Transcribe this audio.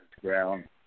ground